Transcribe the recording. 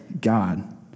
God